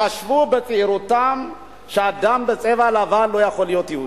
חשבו בצעירותם שאדם בצבע לבן לא יכול להיות יהודי.